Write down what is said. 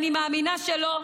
אני מאמינה שלא.